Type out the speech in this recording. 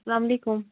اسلام علیکُم